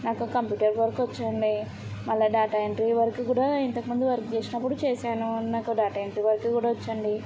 నాకు computer work వచ్చు అండి మళ్ళీ డేటా ఎంట్రీ వర్క్ కూడా ఇంతకు ముందు వర్క్ చేసినప్పుడు చేసాను నాకు డేటా ఎంట్రీ వర్క్ కూడా వచ్చు అండి